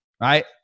Right